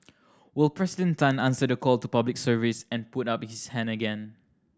will President Tan answer the call to Public Service and put up his hand again